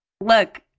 look